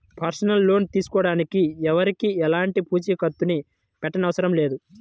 personal loan తీసుకోడానికి ఎవరికీ ఎలాంటి పూచీకత్తుని పెట్టనవసరం లేదు